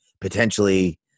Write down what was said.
potentially